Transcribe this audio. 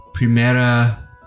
Primera